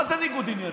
מה זה ניגוד עניינים?